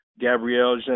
Gabrielle